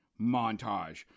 montage